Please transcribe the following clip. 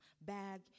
bag